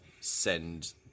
send